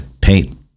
paint